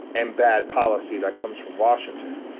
and bad policy that comes from washington.